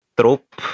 trope